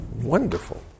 Wonderful